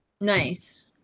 Nice